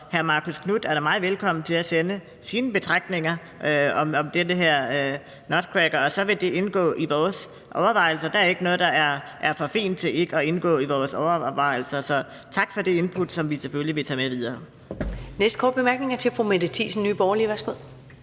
hr. Marcus Knuth er da meget velkommen til at sende sine betragtninger om den her crash knocker. Så vil det indgå i vores overvejelser. Der er ikke noget, der er for fint til at kunne indgå i vores overvejelser. Tak for det input, som vi selvfølgelig vil tage med videre.